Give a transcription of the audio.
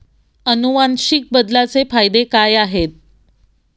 अनुवांशिक बदलाचे फायदे काय आहेत?